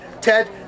Ted